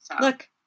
Look